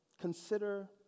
consider